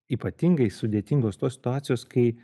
ypatingai sudėtingos tos situacijos kai